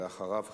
ואחריו,